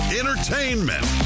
entertainment